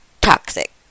toxic